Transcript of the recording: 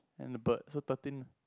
and the bird so thirteen